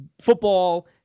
football